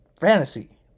fantasy